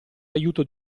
l’aiuto